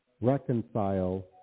reconcile